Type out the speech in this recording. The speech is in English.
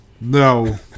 No